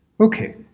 Okay